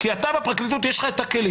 כי אתה בפרקליטות יש לך את הכלים,